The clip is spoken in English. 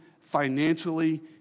financially